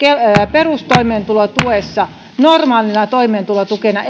perustoimeentulotuessa normaalina toimeentulotukena